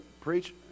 Preach